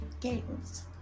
games